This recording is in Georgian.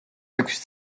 ექვსი